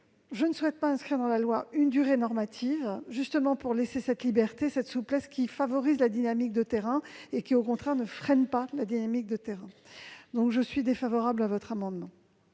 Je ne souhaite pas inscrire dans la loi une durée normative, afin, justement, de laisser cette liberté, cette souplesse, qui favorise la dynamique de terrain et, au contraire, ne la freine pas. C'est pourquoi je suis défavorable à cet amendement.